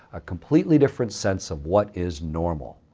a completely different sense of what is normal.